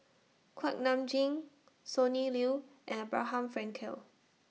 Kuak Nam Jin Sonny Liew and Abraham Frankel